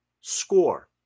score